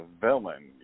villain